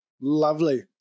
Lovely